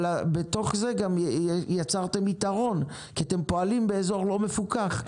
אבל בתוך זה גם יצרתם יתרון כי אתם פועלים באזור לא מפוקח.